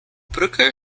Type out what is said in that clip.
brücke